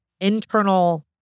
internal